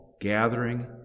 gathering